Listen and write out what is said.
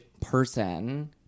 person